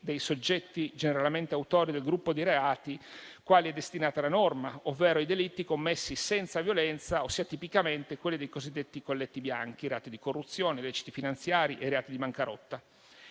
dei soggetti generalmente autori del gruppo di reati ai quali è destinata la norma, ovvero i delitti commessi senza violenza, ossia tipicamente quelli dei cosiddetti colletti bianchi (reati di corruzione, illeciti finanziari e reati di bancarotta).